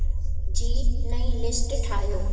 जी नईं लिस्ट ठाहियो